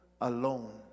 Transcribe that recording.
alone